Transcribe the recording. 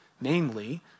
Namely